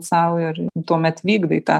sau ir tuomet vykdai tą